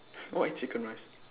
what about chicken rice